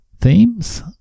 Themes